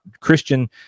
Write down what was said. christian